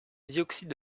dioxyde